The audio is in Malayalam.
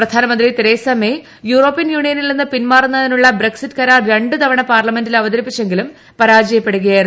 പ്രധാനമന്ത്രി തെരേസ മേ യൂറോപ്യൻ യൂണിയനിൽ നിന്ന് പിന്മാറുന്നതിനുള്ള ബ്രക്ക്സിറ്റ് കരാർ രണ്ടു തവണ പാർലമെന്റിൽ അവതരിപ്പിച്ചെങ്കിലും പ്രാജയപ്പെടുകയായിരുന്നു